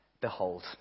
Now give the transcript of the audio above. Behold